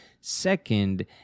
Second